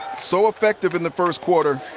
so effective in the first quarter.